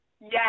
Yes